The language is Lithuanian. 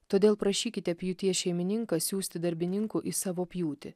todėl prašykite pjūties šeimininką siųsti darbininkų į savo pjūtį